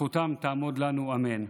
זכותם תעמוד לנו, אמן.